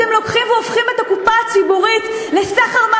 אתם לוקחים והופכים את הקופה הציבורית לסחר-מכר,